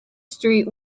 street